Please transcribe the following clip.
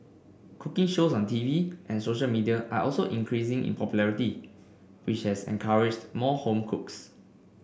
cooking shows on T V and social media are also increasing in popularity which has encouraged more home cooks